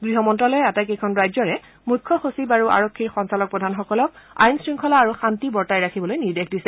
গৃহ মন্তালয়ে আটাইকেইখন ৰাজ্যৰে মুখ্য সচিব আৰু আৰক্ষীৰ সঞ্চালক প্ৰধানসকলক আইন শৃংখলা আৰু শান্তি বৰ্তাই ৰাখিবলৈ নিৰ্দেশ দিছে